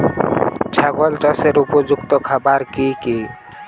ছাগল চাষের উপযুক্ত খাবার কি কি?